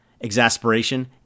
exasperation